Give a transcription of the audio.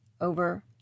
over